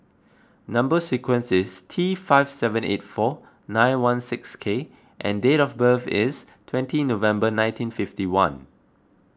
Number Sequence is T five seven eight four nine one six K and date of birth is twenty November nineteen fifty one